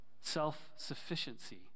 Self-sufficiency